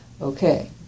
okay